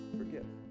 forgive